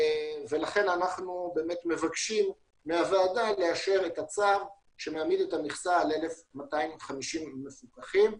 לכן אנחנו מבקשים מהוועדה לאשר את הצו שמעמיד את המכסה ל-1250 מפוקחים.